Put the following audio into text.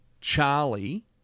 Charlie